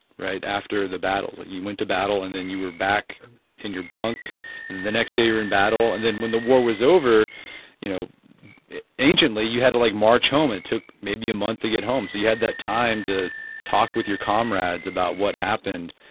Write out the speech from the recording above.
right after the battle. that you went to battle and then you are back in your bunk and then the next day you are in battle and then when the war was over you know anciently you had to like march home and it took maybe a month to get home so you had that time to talk with your comrades about what happened.